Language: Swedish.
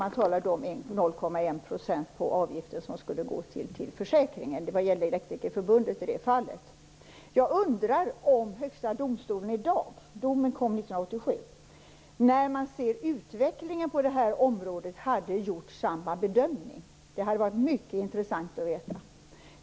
Man talade om att 0,1 % på avgiften skulle gå till försäkringen; det gällde i det fallet Elektrikerförbundet. Jag undrar om Högsta domstolen i dag - domen kom 1987 - när man ser utvecklingen på det här området hade gjort samma bedömning. Det hade varit mycket intressant att veta.